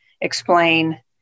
explain